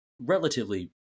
relatively